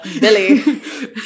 Billy